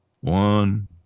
one